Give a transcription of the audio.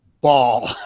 ball